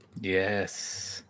Yes